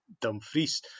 Dumfries